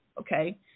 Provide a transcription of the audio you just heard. Okay